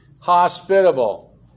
Hospitable